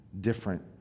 different